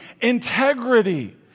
integrity